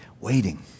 waiting